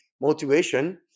motivation